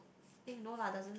eh no lah doesn't